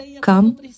come